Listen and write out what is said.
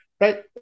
Right